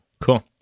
Cool